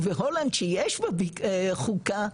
ובהולנד שיש בה חוקה,